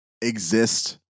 exist